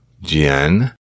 Jen